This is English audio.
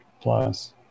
plus